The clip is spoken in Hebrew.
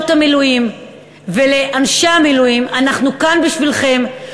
המילואים ולאנשי המילואים: אנחנו כאן בשבילכם,